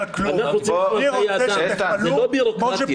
אנחנו רוצים --- אני לא מוותר על כלום,